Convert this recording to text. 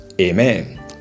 Amen